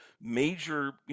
major